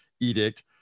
edict